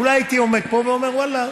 אולי הייתי עומד פה ואומר: ואללה,